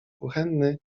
kuchenny